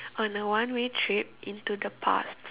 on a one way trip into the past